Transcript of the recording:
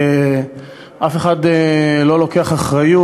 שאף אחד לא לוקח אחריות,